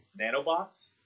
Nanobots